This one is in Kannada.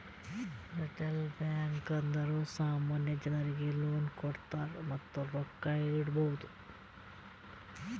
ರಿಟೇಲ್ ಬ್ಯಾಂಕ್ ಅಂದುರ್ ಸಾಮಾನ್ಯ ಜನರಿಗ್ ಲೋನ್ ಕೊಡ್ತಾರ್ ಮತ್ತ ರೊಕ್ಕಾ ಇಡ್ಬೋದ್